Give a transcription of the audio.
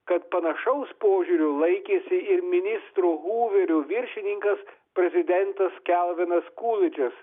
kad panašaus požiūrio laikėsi ir ministro huverio viršininkas prezidentas kelvinas kūlidžas